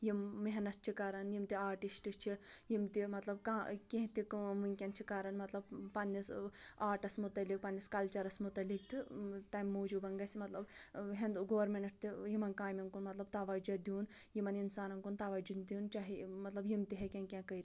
یِم محنت چھِ کَران یِم تہِ آٹِسٹ چھِ یِم تہِ مطلب کانٛہہ کینٛہہ تہِ کٲم وٕنکٮ۪ن چھِ کَران مطلب پنٛنِس آٹَس متعلق پنٛنِس کَلچرَس متعلق تہٕ تَمہِ موٗجوٗبَن گژھِ مطلب ہندوٗ گورمنٹ تہِ یِمَن کامٮ۪ن کُن مطلب تَوَجہ دیُٚن یِمَن اِنسانَن کُن تَوَجہ دیُٚن چاہے مطلب یِم تہِ ہیٚکٮ۪ن کینٛہہ کٔرِتھ